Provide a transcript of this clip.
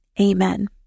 amen